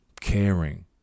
caring